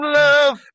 love